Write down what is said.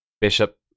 Bishop